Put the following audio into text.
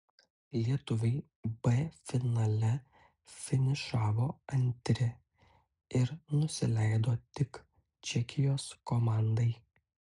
lietuviai b finale finišavo antri ir nusileido tik čekijos komandai